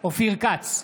אופיר כץ,